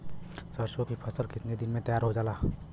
सरसों की फसल कितने दिन में तैयार हो जाला?